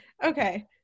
Okay